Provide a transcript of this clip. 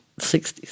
60s